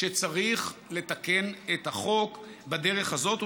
שצריך לתקן את החוק בדרך הזאת,